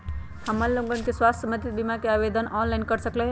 हमन लोगन के स्वास्थ्य संबंधित बिमा का आवेदन ऑनलाइन कर सकेला?